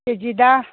ꯀꯦ ꯖꯤꯗ